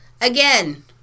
Again